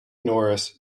norris